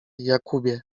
jakubie